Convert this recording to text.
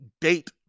date